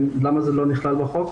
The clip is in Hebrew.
למה הוא לא נכלל בחוק?